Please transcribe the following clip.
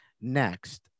next